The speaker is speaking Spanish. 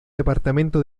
departamento